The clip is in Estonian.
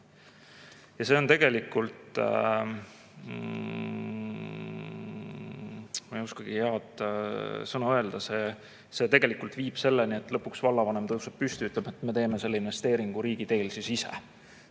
Ja see tegelikult – ma ei oskagi head sõna öelda – viib selleni, et lõpuks vallavanem tõuseb püsti ja ütleb, et me teeme selle investeeringu riigiteel siis ise.